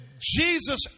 Jesus